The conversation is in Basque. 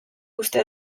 uste